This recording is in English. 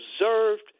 observed